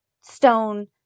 Stone